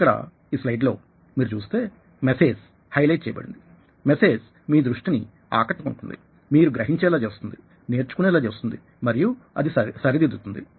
ఇక్కడslide లో మీరు చూస్తే మెసేజ్ హైలెట్ చేయబడింది మెసేజ్ మీ దృష్టిని ఆకట్టుకుంటుంది మీరు గ్రహించేలా చేస్తుంది నేర్చుకునేలా చేస్తుంది మరియు అది సరిదిద్దుతుంది